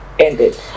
Ended